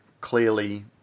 clearly